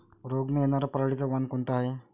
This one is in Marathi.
रोग न येनार पराटीचं वान कोनतं हाये?